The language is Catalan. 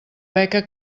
beca